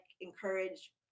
encourage